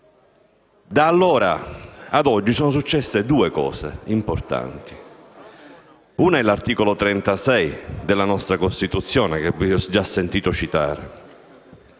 Da allora a oggi sono successe due cose importanti. La prima è l'articolo 36 della nostra Costituzione, che ho già sentito citare,